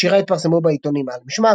שיריה התפרסמו בעיתונים על המשמר,